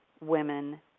women